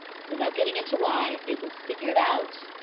without getting into why, it was figured out